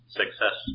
success